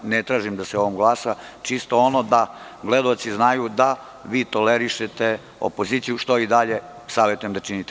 Ne tražim da se o ovome glasa, čisto da gledaoci znaju da vi tolerišete opoziciju, što vam i dalje savetujem da činite.